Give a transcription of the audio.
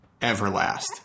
Everlast